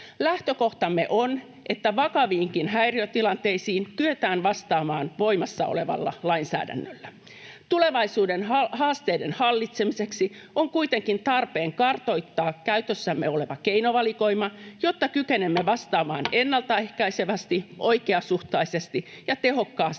Lähtökohtamme on, että vakaviinkin häiriötilanteisiin kyetään vastaamaan voimassa olevalla lainsäädännöllä. Tulevaisuuden haasteiden hallitsemiseksi on kuitenkin tarpeen kartoittaa käytössämme oleva keinovalikoima, jotta kykenemme vastaamaan ennaltaehkäisevästi, oikeasuhtaisesti ja tehokkaasti